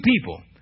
people